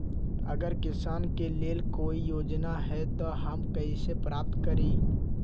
अगर किसान के लेल कोई योजना है त हम कईसे प्राप्त करी?